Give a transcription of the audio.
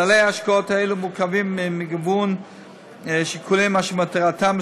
כללי השקעות אלה מורכבים ממגוון שיקולים אשר מטרתם,